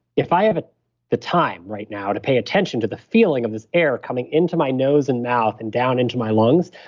if i ah the time right now to pay attention to the feeling of this air coming into my nose and mouth and down into my lungs,